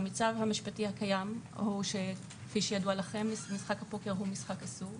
המצב המשפטי הקיים הוא כפי שידוע לכם שמשחק הפוקר הוא משחק אסור,